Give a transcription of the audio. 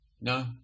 No